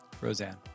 Roseanne